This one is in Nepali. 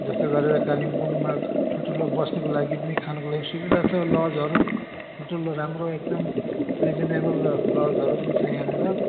जस्तै गरेर कालिम्पोङमा ठुल्ठुलो बस्नको लागि पनि खानको लागि पनि सुविधा छ लजहरू ठुल्ठुलो राम्रो एकदम रिजनेबल लज लजहरू पनि छ यहाँनिर